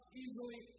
easily